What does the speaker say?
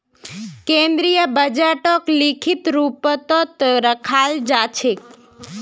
केन्द्रीय बजटक लिखित रूपतत रखाल जा छेक